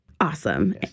Awesome